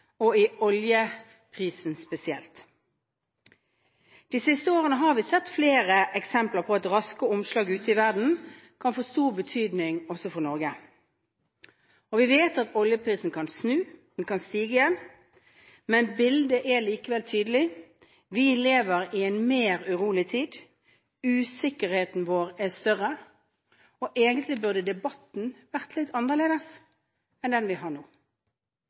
og på oljeprisen spesielt. De siste årene har vi sett flere eksempler på at raske omslag ute i verden kan få stor betydning også for Norge. Vi vet at oljeprisen kan snu og stige igjen, men bildet er likevel tydelig: Vi lever i en mer urolig tid, usikkerheten vår er større, og egentlig burde debatten vært litt annerledes enn den vi har nå.